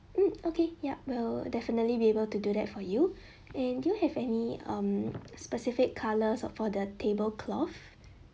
mm okay yup will definitely be able to do that for you and do you have any um specific colors for the table cloth